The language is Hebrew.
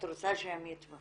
את רוצה שהם יתמכו?